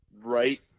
Right